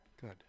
Good